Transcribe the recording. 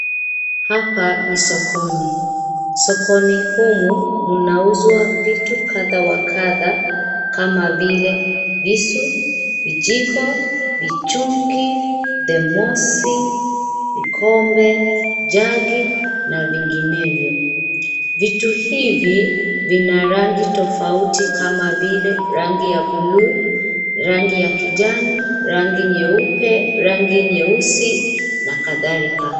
Hapa ni sokoni. Sokoni humu mnauzwa vitu kadha wa kadha kama vie lvisu, vijiko, vichungi, themosi, vikombe, jagi na vinginevyo. Vitu hivi vina rangi tofauti kama vile rangi ya bluu, rangi ya kijani, rangi nyeupe, rangi nyeusi na kadhalika.